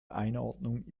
einordnung